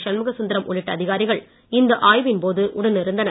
ஷண்முகசுந்தரம் உள்ளிட்ட அதிகாரிகள் இந்த ஆய்வின்போது உடன் இருந்தனர்